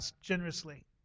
generously